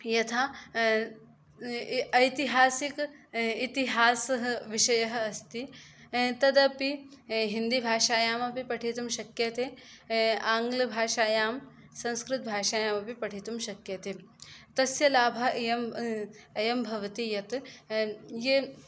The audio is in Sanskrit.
यथा ऐतिहासिक इतिहासः विषयः अस्ति तदपि हिन्दीभाषायामपि पठितुं शक्यते आङ्ग्लभाषायां संस्कृतभाषायामपि पठितुं शक्यते तस्य लाभः इयम् अयं भवति यत् ये